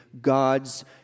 God's